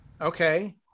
okay